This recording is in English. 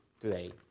today